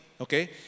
okay